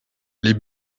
les